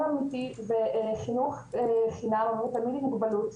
אמיתי וחינוך חינם עבור תלמיד עם מוגבלות,